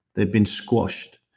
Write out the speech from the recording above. they've been squashed.